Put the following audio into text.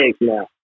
now